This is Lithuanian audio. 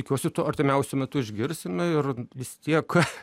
tikiuosi to artimiausiu metu išgirsime ir vis tiek